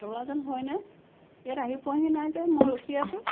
তলাজন হয়নে ইয়াত আহি পোৱাহি নাই যে মই ৰখি আছো